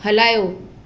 हलायो